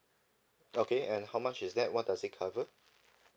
okay and how much is that what does it cover